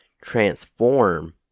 transform